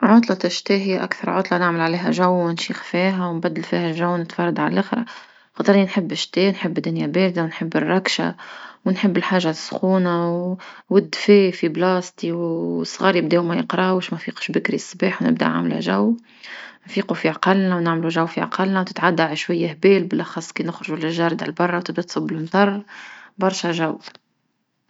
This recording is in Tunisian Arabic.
عطلة الشتاء هيا أكثر عطلة نعمل عليها جو ونشيخ فيها ونبدل فيها جو ونتفرهد على لخر، خطر أنا نحب شتاء نحب دنيا باردة نحب الركشة ونحب الحاجة سخونة ودفا في بلاصتي وصغار يبداو ما يقراوش مانفيقش بكري الصباح ونبدأ عاملة جو، نفيقو في عقلنا نعملو جو في عقلنا وتتعدل على شوية هبال بالأخص كنخرجو للجرا برا وتبدأ تصب المطر برشا جو.